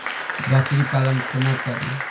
बकरी पालन कोना करि?